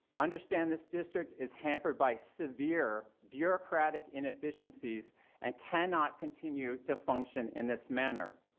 understand this district is hampered by severe bureaucratic inefficiency and cannot continue to function in this manner.